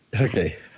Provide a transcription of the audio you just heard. Okay